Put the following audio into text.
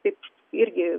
taip irgi